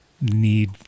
need